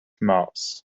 mars